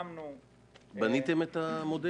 בניתם את המודל?